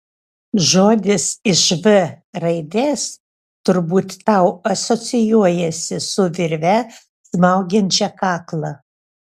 žodis iš v raidės turbūt tau asocijuojasi su virve smaugiančia kaklą